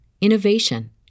innovation